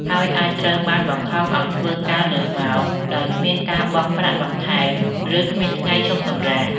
ហើយអាចត្រូវបានបង្ខំឱ្យធ្វើការលើសម៉ោង ដោយគ្មានការបង់ប្រាក់បន្ថែម ឬគ្មានថ្ងៃឈប់សម្រាក។